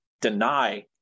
deny